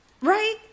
Right